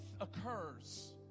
occurs